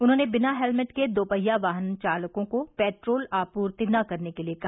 उन्होंने बिना हेलमेट के दोपहिया वाहन चालकों को पेट्रोल आपूर्ति न करने के लिए कहा